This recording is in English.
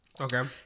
okay